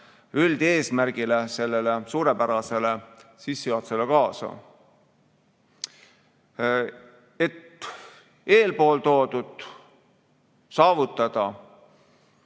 üldeesmärgile, sellele suurepärasele sissejuhatusele kaasa. Et eeltoodut saavutada,